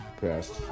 passed